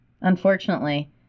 Unfortunately